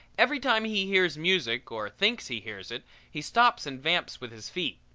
every time he hears music or thinks he hears it he stops and vamps with his feet.